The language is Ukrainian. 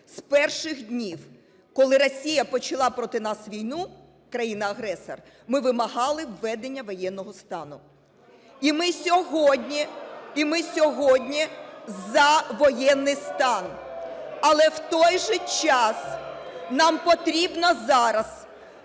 з перших днів, коли Росія почала проти нас війну, країна-агресор, ми вимагала введення воєнного стану. (Шум у залі) І ми сьогодні… і ми сьогодні за воєнний стан. Але в той же час нам потрібно зараз